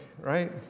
right